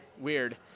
Weird